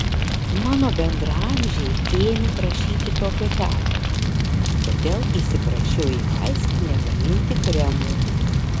mano bendraamžiai ėmė prašyti tokio tepalo todėl įsiprašiau į vaistinę gaminti kremų